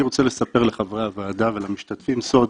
אני רוצה לספר לחברי הוועדה ולמשתתפים סוד,